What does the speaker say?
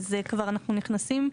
זה אנחנו כבר נכנסים,